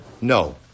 No